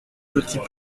petits